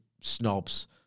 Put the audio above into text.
snobs